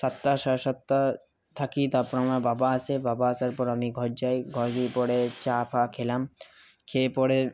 সাতটা সাড়ে সাতটা থাকি তারপর আমার বাবা আসে বাবা আসার পর আমি ঘর যাই ঘর গিয়ে পরে চা ফা খেলাম খেয়ে পরে